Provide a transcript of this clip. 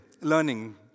learning